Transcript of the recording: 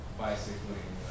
bicycling